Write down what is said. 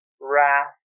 wrath